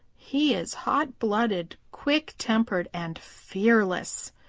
he is hot-blooded, quick-tempered and fearless.